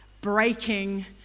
breaking